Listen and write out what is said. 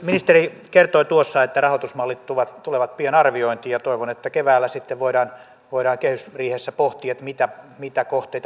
ministeri kertoi tuossa että rahoitusmallit tulevat pian arviointiin ja toivon että keväällä sitten voidaan kehysriihessä pohtia mitä kohteita pilotoidaan